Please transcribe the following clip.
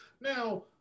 Now